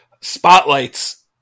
spotlights